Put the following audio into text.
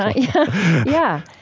ah yeah. yeah.